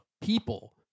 people